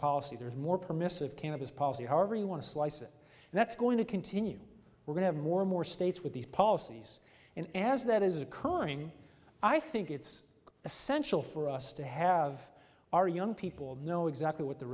policy there's more permissive cannabis policy however you want to slice it that's going to continue we're going to have more and more states with these policies and as that is occurring i think it's essential for us to have our young people know exactly what the